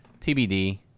TBD